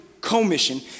commission